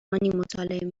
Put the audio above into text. مطالعه